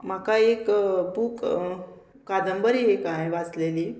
म्हाका एक बूक कादंबरी एक हांवें वाचलेली